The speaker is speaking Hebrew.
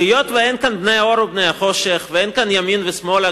והיות שאין כאן בני-אור ובני-חושך ואין כאן ימין ושמאל,